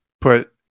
put